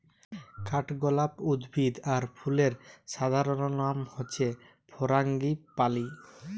কাঠগলাপ উদ্ভিদ আর ফুলের সাধারণলনাম হচ্যে ফারাঙ্গিপালি